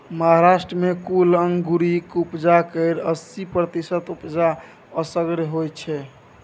महाराष्ट्र मे कुल अंगुरक उपजा केर अस्सी प्रतिशत उपजा असगरे होइ छै